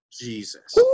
Jesus